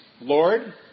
Lord